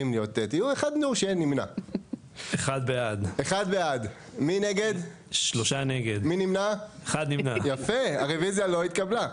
הצבעה בעד, 2 נגד, 3 נמנעים, 0 הרביזיה לא התקבלה.